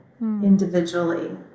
Individually